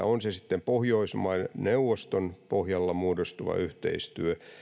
on se sitten pohjoismaiden neuvoston pohjalla muodostuva yhteistyö